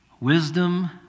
Wisdom